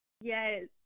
Yes